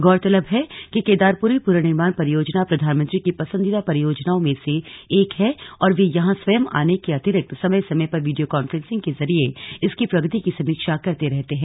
गौरतलब है कि केदारपुरी पुनर्निर्माण परियोजना प्रधानमंत्री की पसंदीदा परियोजनाओं में से एक है और वे यहां स्वयं आने के अतिरिक्त समय समय पर वीडियो कांफ्रेंसिंग के जरिये इसकी प्रगति की समीक्षा करते रहते हैं